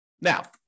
Now